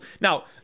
Now